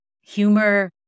humor